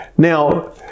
Now